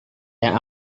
yang